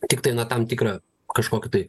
tiktai na tam tikrą kažkokį tai